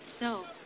No